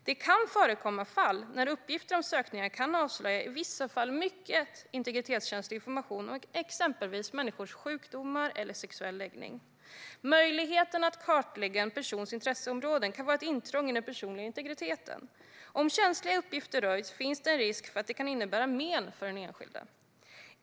Det kan förekomma fall när uppgifter om sökningar kan avslöja i vissa fall mycket integritetskänslig information om exempelvis människors sjukdomar eller sexuella läggning. Möjligheten att kartlägga en persons intresseområden kan vara ett intrång i den personliga integriteten. Om känsliga uppgifter röjs finns det en risk för att det kan innebära men för den enskilde.